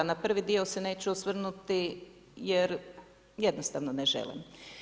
Na prvi dio se neću osvrnuti jer jednostavno ne želim.